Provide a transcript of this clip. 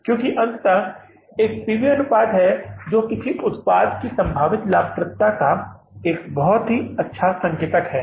क्योंकि अंततः यह एक पी वी अनुपात है जो किसी भी उत्पाद की संभावित लाभप्रदता का एक बहुत अच्छा संकेतक है